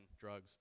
drugs